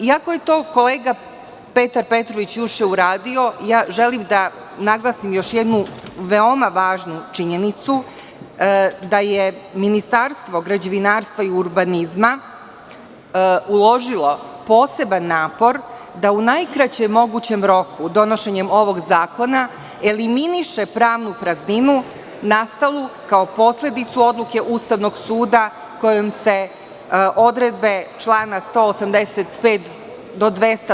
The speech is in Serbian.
Iako je to kolega Petar Petrović juče uradio, želim da naglasim još jednu veoma važnu činjenicu, da je Ministarstvo građevinarstva i urbanizma uložilo poseban napor da u najkraćem mogućem roku donošenje ovog zakona eliminiše pravnu prazninu nastalu kao posledicu odluke Ustavnog suda kojom se odredbe člana 185. do 200.